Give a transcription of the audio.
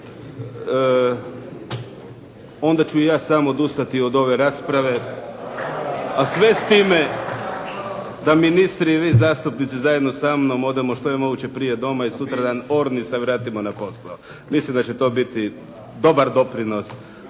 onda ću i ja sam odustati od ove rasprave, a sve s time da ministri i vi zastupnici zajedno sa mnom odemo što je moguće prije doma i sutradan orni se vratimo na posao. Mislim da će to biti dobar doprinos